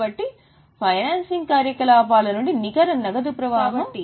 కాబట్టి ఫైనాన్సింగ్ కార్యకలాపాల నుండి నికర నగదు ప్రవాహం 9000